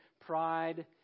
pride